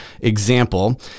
example